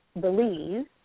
believe